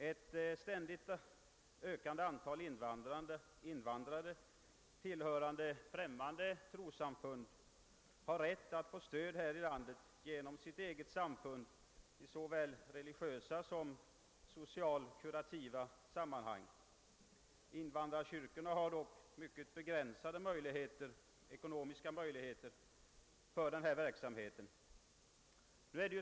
Ett ständigt ökande antal invandrare tillhörande främmande trossamfund har rätt att här i landet få stöd genom sitt eget samfund i såväl religiösa som socialt kurativa sammanhang. Invandrarkyrkorna har dock mycket begränsade ekonomiska möjligheter att utöva denna verksamhet.